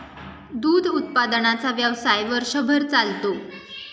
दूध उत्पादनाचा व्यवसाय वर्षभर चालतो